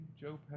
Joe